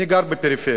אני גר בפריפריה,